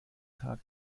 tag